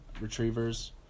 Retrievers